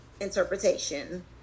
interpretation